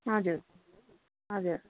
हजुर हजुर